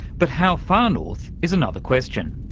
but how far north is another question.